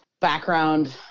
background